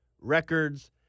records